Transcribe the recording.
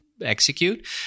execute